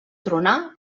tronar